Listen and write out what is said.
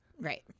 Right